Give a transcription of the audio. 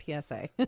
PSA